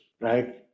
right